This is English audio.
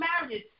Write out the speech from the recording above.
marriages